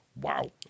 wow